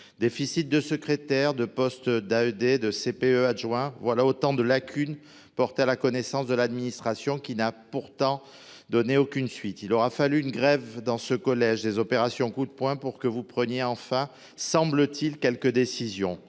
conseillers principaux d’éducation (CPE) adjoints : autant de lacunes portées à la connaissance de l’administration, qui n’a pourtant donné aucune suite. Il aura fallu une grève de ce collège et des opérations « coup de poing » pour que vous preniez enfin, semble-t-il, quelques décisions.